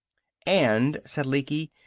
and, said lecky,